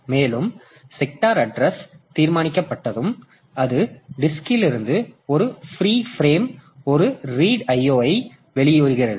மேலும் sector address தீர்மானிக்கப்பட்டதும் அது டிஸ்க்ல் இருந்து ஒரு பிரீ பிரேம் ஒரு ரீட் IO ஐ வெளியிடுகிறது